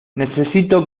necesito